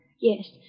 Yes